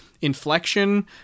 inflection